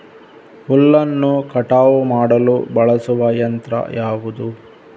ಹುಲ್ಲನ್ನು ಕಟಾವು ಮಾಡಲು ಬಳಸುವ ಯಂತ್ರ ಯಾವುದು?